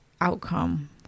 outcome